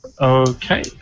Okay